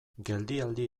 geldialdi